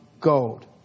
gold